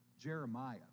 Jeremiah